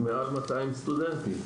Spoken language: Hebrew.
מעל 200 סטודנטים.